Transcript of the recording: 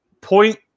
point